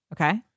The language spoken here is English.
Okay